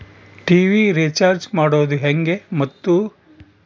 TV recharge ಮಾಡೋದು ಹೆಂಗ ಮತ್ತು?